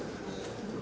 Hvala